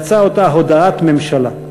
יצאה אותה הודעת ממשלה.